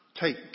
take